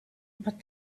but